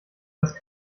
das